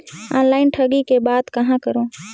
Online ठगी के बाद कहां करों?